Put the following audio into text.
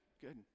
Good